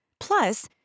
Plus